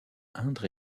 indre